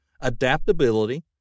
adaptability